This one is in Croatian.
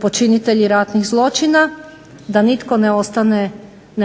počinitelji ratnih zločina, da nitko ne